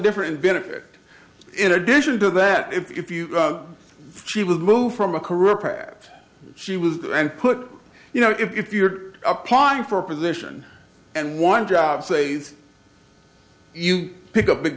different benefit in addition to that if you she was moved from a career path she was and put you know if you're applying for a position and one job ses you pick up big